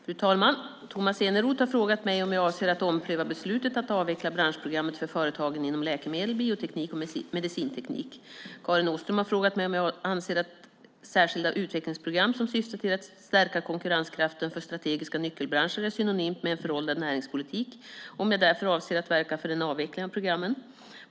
Fru talman! Tomas Eneroth har frågat mig om jag avser att ompröva beslutet att avveckla branschprogrammet för företagen inom läkemedel, bioteknik och medicinteknik. Karin Åström har frågat mig om jag anser att särskilda utvecklingsprogram som syftar till att stärka konkurrenskraften för strategiska nyckelbranscher är synonymt med en föråldrad näringspolitik och om jag därför avser att verka för en avveckling av programmen.